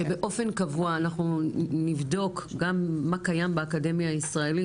שבאופן קבוע אנחנו נבדוק גם מה קיים באקדמיה הישראלית,